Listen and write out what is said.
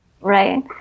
Right